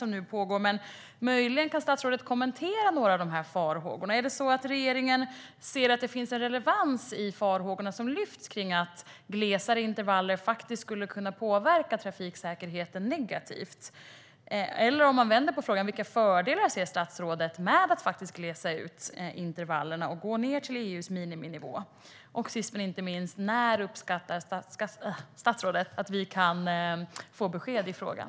Men möjligen kan statsrådet kommentera några av farhågorna. Anser regeringen att det finns en relevans i farhågorna som lyfts fram om att glesare intervaller skulle påverka trafiksäkerheten negativt? Eller låt mig vända på frågan: Vilka fördelar ser statsrådet med att faktiskt glesa ut intervallerna och gå ned till EU:s miniminivå? Sist men inte minst: När uppskattar statsrådet att vi kan få besked i frågan?